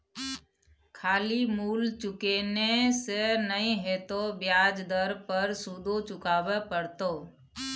खाली मूल चुकेने से नहि हेतौ ब्याज दर पर सुदो चुकाबे पड़तौ